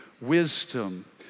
Wisdom